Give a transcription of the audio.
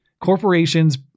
corporations